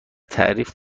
تعریف